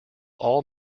all